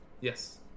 yes